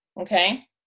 Okay